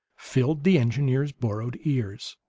filled the engineer's borrowed ears.